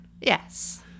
Yes